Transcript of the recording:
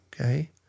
Okay